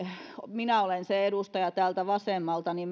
minä olen se edustaja täältä vasemmalta